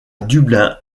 dublin